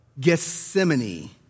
Gethsemane